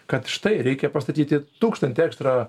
kad štai reikia pastatyti tūkstantį ekstra